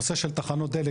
הנושא של תחנות דלק,